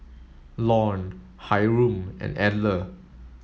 Lorne Hyrum and Edla